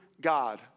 God